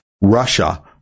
Russia